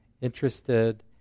Interested